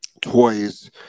toys